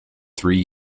three